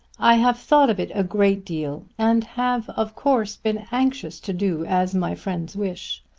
i have thought of it a great deal and have of course been anxious to do as my friends wish.